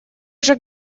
уже